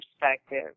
perspective